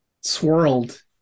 swirled